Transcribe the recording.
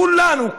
כולנו,